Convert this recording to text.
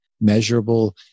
measurable